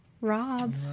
Rob